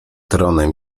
tronem